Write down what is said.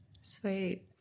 Sweet